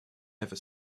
ever